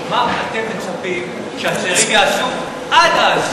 מה אתם מצפים שהצעירים יעשו עד אז?